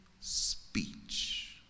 speech